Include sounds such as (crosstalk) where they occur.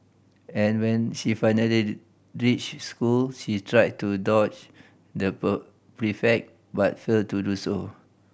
and when she finally (unintelligible) reached school she tried to dodge the (unintelligible) prefect but failed to do so